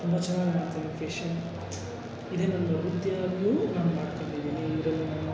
ತುಂಬ ಚೆನ್ನಾಗ್ ಮಾಡ್ತೀನಿ ಫಿಶಿಂಗ್ ಇದೇ ನಂದು ವೃತ್ತಿಯಾಗಿಯೂ ನಾನು ಮಾಡ್ಕೊಂಡಿದೀನಿ ಇದರಲ್ಲಿ ನನ್ನ